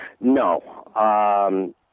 No